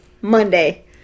Monday